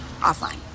offline